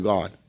God